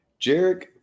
Jarek